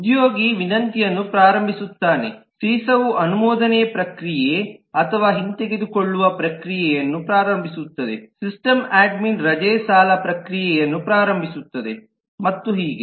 ಉದ್ಯೋಗಿ ವಿನಂತಿಯನ್ನು ಪ್ರಾರಂಭಿಸುತ್ತಾನೆ ಸೀಸವು ಅನುಮೋದನೆ ಪ್ರಕ್ರಿಯೆ ಅಥವಾ ಹಿಂತೆಗೆದುಕೊಳ್ಳುವ ಪ್ರಕ್ರಿಯೆಯನ್ನು ಪ್ರಾರಂಭಿಸುತ್ತದೆ ಸಿಸ್ಟಮ್ ಅಡ್ಮಿನ್ ರಜೆ ಸಾಲ ಪ್ರಕ್ರಿಯೆಯನ್ನು ಪ್ರಾರಂಭಿಸುತ್ತದೆ ಮತ್ತು ಹೀಗೆ